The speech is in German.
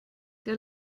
der